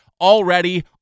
already